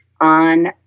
on